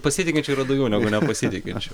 pasitikinčių yra daugiau negu nepasitikinčių